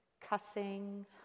cussing